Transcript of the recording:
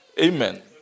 amen